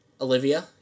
Olivia